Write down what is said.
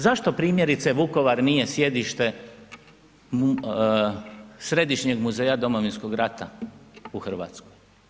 Zašto primjerice Vukovar nije sjedište središnjeg Muzeja Domovinskog rata u Hrvatskoj?